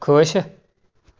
ਖੁਸ਼